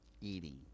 eating